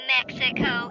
Mexico